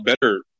better